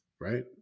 right